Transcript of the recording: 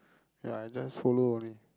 ya I just follow only